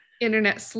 Internet